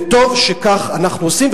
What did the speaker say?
וטוב שכך אנחנו עושים.